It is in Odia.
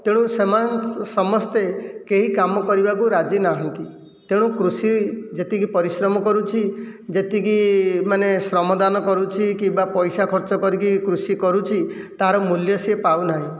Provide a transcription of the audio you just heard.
ତେଣୁ ସେମାନେ ସମସ୍ତେ କେହି କାମ କରିବାକୁ ରାଜି ନାହାନ୍ତି ତେଣୁ କୃଷି ଯେତିକି ପରିଶ୍ରମ କରୁଛି ଯେତିକି ମାନେ ଶ୍ରମଦାନ କରୁଛି କି ବା ପଇସା ଖର୍ଚ୍ଚ କରିକି କୃଷି କରୁଛି ତା'ର ମୂଲ୍ୟ ସେ ପାଉନାହିଁ